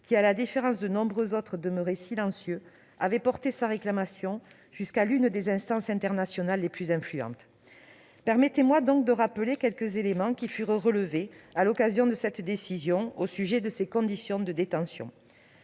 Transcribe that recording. qui, à la différence de nombreux autres demeurés silencieux, avait porté sa réclamation jusqu'à l'une des instances internationales les plus influentes. Permettez-moi de rappeler quelques éléments qui furent relevés à l'occasion de cette décision au sujet des conditions de détention